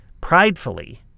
pridefully